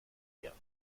mir